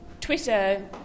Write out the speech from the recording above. Twitter